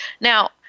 Now